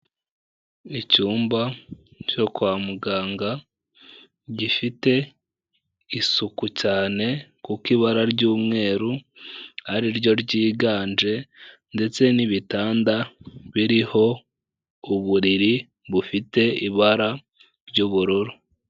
Icyumba cyo kwa muganga gifite isuku cyane, kuko ibara ry'umweru ariryo ryiganje ndetse n'ibitanda biriho uburiri bufite ibara ry'ubururu.